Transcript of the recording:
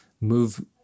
move